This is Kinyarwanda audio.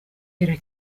yera